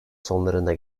sonlarında